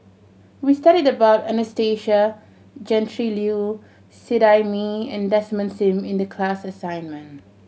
we studied about Anastasia Tjendri Liew Seet Ai Mee and Desmond Sim in the class assignment